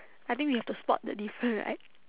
I think we have to spot the different right